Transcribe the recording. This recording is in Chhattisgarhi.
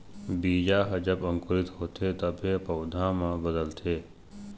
बीजा ह जब अंकुरित होथे तभे पउधा म बदलथे